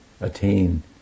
attain